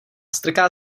strká